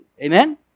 amen